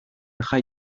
jaio